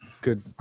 good